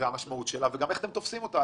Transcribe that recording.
את המשמעות שלה, איך אתם תופסים אותה.